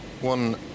one